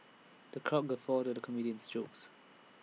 the crowd guffawed at the comedian's jokes